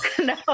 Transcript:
No